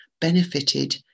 benefited